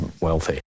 wealthy